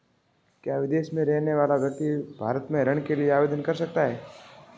क्या विदेश में रहने वाला व्यक्ति भारत में ऋण के लिए आवेदन कर सकता है?